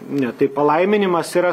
ne tai palaiminimas yra